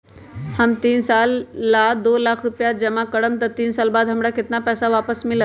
हम तीन साल ला दो लाख रूपैया जमा करम त तीन साल बाद हमरा केतना पैसा वापस मिलत?